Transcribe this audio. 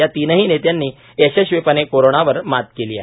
या तीनही नेत्यांनी यशस्वीपणे कोरोनावर मात केली आहे